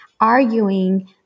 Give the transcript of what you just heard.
arguing